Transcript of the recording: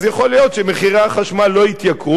אז יכול להיות שמחירי החשמל לא יעלו.